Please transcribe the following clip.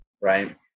Right